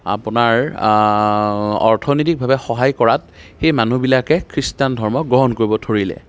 আপোনাৰ অৰ্থনৈতিকভাৱে সহায় কৰাত এই মানুহবিলাকে খ্ৰীষ্টান ধৰ্ম গ্ৰহণ কৰিব ধৰিলে